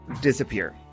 disappear